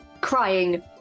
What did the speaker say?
crying